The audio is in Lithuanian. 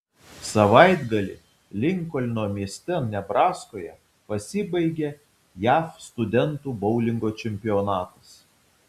savaitgalį linkolno mieste nebraskoje pasibaigė jav studentų boulingo čempionatas